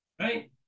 Right